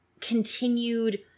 continued